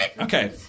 Okay